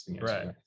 right